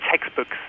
textbooks